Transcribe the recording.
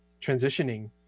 transitioning